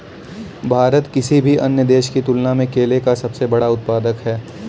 भारत किसी भी अन्य देश की तुलना में केले का सबसे बड़ा उत्पादक है